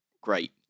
great